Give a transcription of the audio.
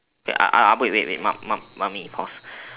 uh uh uh wait wait wait mum~ mummy pause